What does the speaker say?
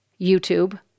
YouTube